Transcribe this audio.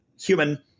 human